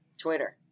Twitter